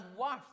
worth